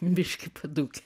biškį padūkę